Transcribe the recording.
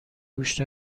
گوش